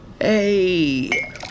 Hey